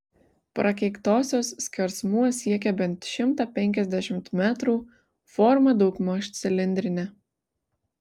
prakeiktosios skersmuo siekia bent šimtą penkiasdešimt metrų forma daugmaž cilindrinė